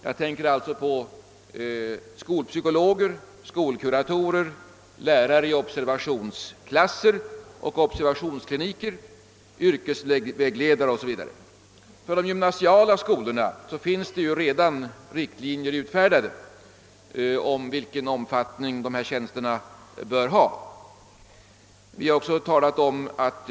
Jag tänker alltså på skolpsykologer, skolkuratorer, lärare i observationsklasser och observationskliniker, yrkesvägledare o.s.v. För de gymnasiala skolorna finns redan riktlinjer utfärdade beträffande vilken omfattning dessa tjänster bör ha.